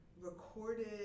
recorded